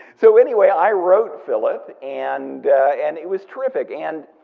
so anyway, i wrote philip, and and it was terrific and,